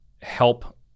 help